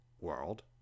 world